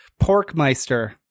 Porkmeister